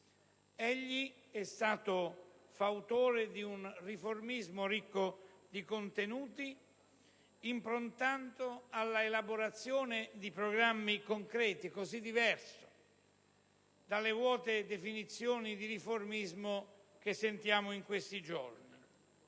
Egli è stato fautore di un riformismo ricco di contenuti, improntato all'elaborazione di programmi concreti, così diverso dalle vuote definizioni di riformismo che sentiamo in questi giorni.